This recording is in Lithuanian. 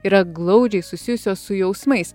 yra glaudžiai susijusios su jausmais